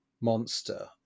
monster